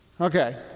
Okay